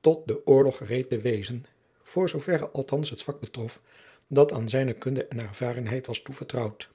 tot den oorlog gereed te wezen voor zoo verre althands het vak jacob van lennep de pleegzoon betrof dat aan zijne kunde en ervarenheid was toevertrouwd